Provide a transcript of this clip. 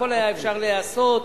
הכול היה אפשר להיעשות.